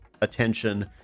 attention